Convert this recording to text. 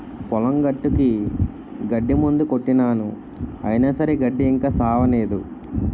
పొలం గట్టుకి గడ్డి మందు కొట్టినాను అయిన సరే గడ్డి ఇంకా సవ్వనేదు